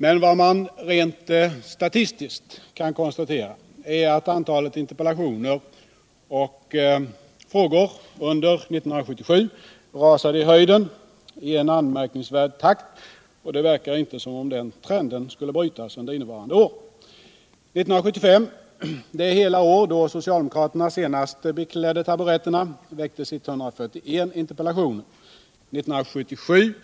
Men vad man rent statistiskt kan konstatera är att antalet interpellationer och frågor under 1977 rusade i höjden i anmärkningsvärd takt, och det verkar inte som om trenden skulle brytas under innevarande år. 1975 — det hela år då socialdemokraterna senast beklädde taburetterna — väcktes 141 interpellationer. 1977